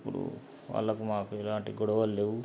ఇప్పుడు వాళ్ళకు మాకు ఎలాంటి గొడవలు లేవు